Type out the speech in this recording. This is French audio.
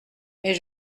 mais